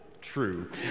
true